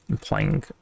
playing